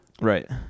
Right